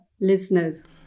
listeners